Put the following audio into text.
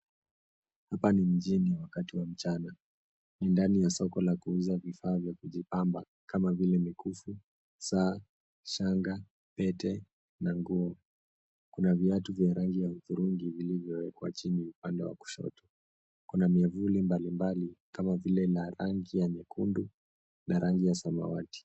Hapa ni mjini wakati wa mchana. Ni ndani ya soko la kuuza vifaa vya kujipamba kama vile mikufu, saa, shanga, pete na nguo. Kuna viatu vya rangi ya hudhurungi vilivyowekwa chini upande wa kushoto. Kuna miavuli mbalimbali kama vile la rangi ya nyekundu na la rangi ya samawati.